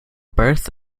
birth